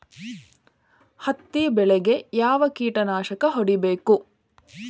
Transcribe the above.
ಹತ್ತಿ ಬೆಳೇಗ್ ಯಾವ್ ಕೇಟನಾಶಕ ಹೋಡಿಬೇಕು?